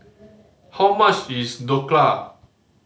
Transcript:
how much is Dhokla